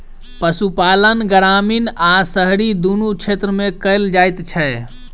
पशुपालन ग्रामीण आ शहरी दुनू क्षेत्र मे कयल जाइत छै